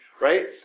right